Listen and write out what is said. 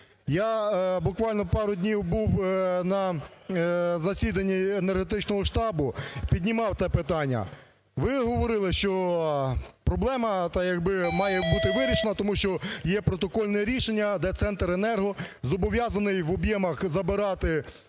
Я буквально пару днів був на засідання енергетичного штабу, піднімав те питання. Ви говорили, що проблема та як би має бути вирішена, тому що є протокольне рішення, де "Центренерго" зобов'язаний в об'ємах забирати в ДТЕКа, а